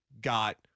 got